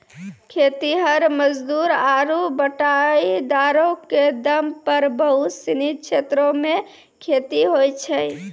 खेतिहर मजदूर आरु बटाईदारो क दम पर बहुत सिनी क्षेत्रो मे खेती होय छै